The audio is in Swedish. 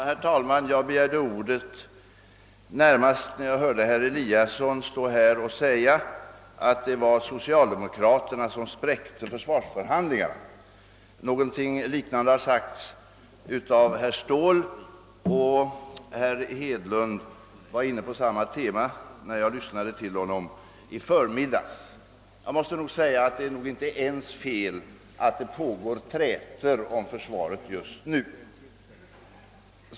Herr talman! Jag begärde ordet närmast efter att ha hört herr Eliasson i Sundborn säga att det var socialdemokraterna som spräckte försvarsförhandlingarna. Någonting liknande har sagts av herr Ståhl, och herr Hedlund var inne på samma tema när jag lyssnade till honom i förmiddags. Jag måste säga att det inte är ens fel att trätor om försvaret pågår just nu.